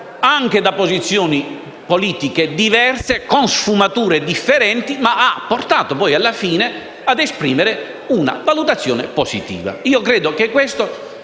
anche da posizioni politiche diverse, con sfumature differenti, ha portato alla fine ad esprimere una valutazione positiva. Credo che questo,